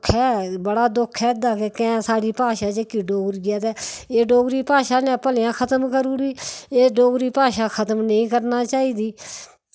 दुक्ख ऐ दुक्ख ऐ एह्दा केह् कैंह् साढ़ी भाशा जेह्की डोगरी ऐ ते एह् डोगरी भाशा इ'नें भलेआं खत्म करी ओड़ी एह् डोगरी भाशा खत्म नेईं करना चाहिदी